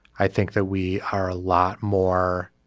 i think that we are a lot more